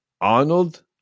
Arnold